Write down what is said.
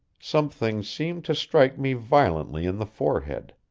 something seemed to strike me violently in the forehead.